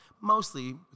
mostly